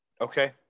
Okay